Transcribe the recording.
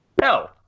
No